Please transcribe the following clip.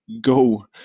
go